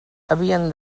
havien